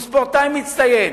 הוא ספורטאי מצטיין,